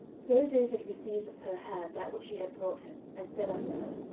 so david received of her hand that which she had brought him, and said unto her,